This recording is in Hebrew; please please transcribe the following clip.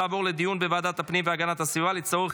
לוועדת הפנים והגנת הסביבה נתקבלה.